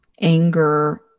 anger